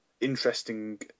interesting